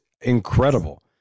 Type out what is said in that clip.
incredible